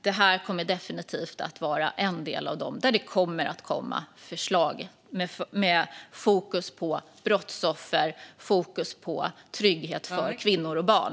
Detta kommer definitivt att vara en del i det, och det kommer att komma förslag med fokus på brottsoffer och fokus på trygghet för kvinnor och barn.